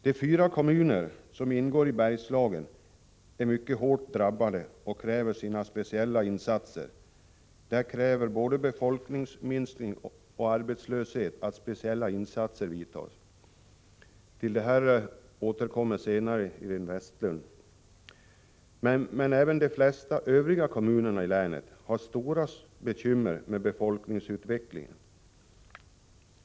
De fyra kommuner som ingår i Bergslagen är mycket hårt drabbade och kräver sina speciella insatser. Där kräver både befolkningsminskning och arbetslöshet att speciella insatser vidtas. Till detta återkommer senare Iréne Vestlund. Men även de flesta övriga kommuner i länet har stora bekymmer med befolkningsutvecklingen.